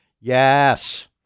Yes